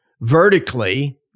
vertically